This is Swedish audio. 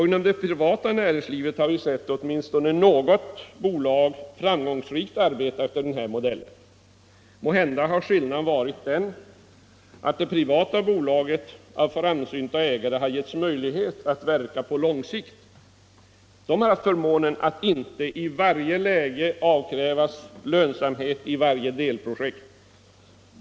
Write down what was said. Inom det privata näringslivet har vi sett åtminstone något bolag framgångsrikt arbeta efter denna modell. Måhända har skillnaden varit den att det privata bolaget av framsynta ägare har givits möjlighet att verka på lång sikt. Det privata bolaget har haft förmånen att inte i varje läge avkrävas lönsamhet i varje delprojekt.